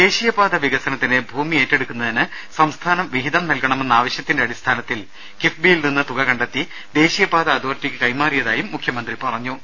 ദേശീയപാത വികസനത്തിന് ഭൂമി ഏറ്റെടുക്കു ന്നതിന് സംസ്ഥാനം വിഹിതം നൽകണമെന്ന ആവശ്യത്തിന്റെ അടിസ്ഥാനത്തിൽ കിഫ്ബിയിൽ നിന്ന് തുക കണ്ടെത്തി ദേശീയപാതാ അതോറിറ്റിക്ക് കൈമാറിയതായും മുഖ്യമന്ത്രി പറഞ്ഞു